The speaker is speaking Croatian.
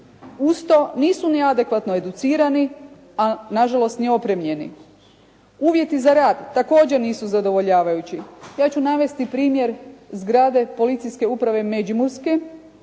Uz to nisu neadekvatno educirani, a nažalost ni opremljeni. Uvjeti za rad također nisu zadovoljavajući. Ja ću navesti primjer zgrade Policijske uprave međimurske